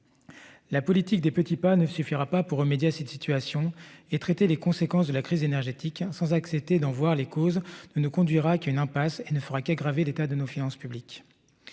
La politique des petits pas ne suffira pas pour remédier à cette situation et traiter les conséquences de la crise énergétique sans accepter d'en voir les causes ne ne conduira qu'à une impasse et ne fera qu'aggraver l'état de nos finances publiques.